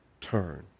turn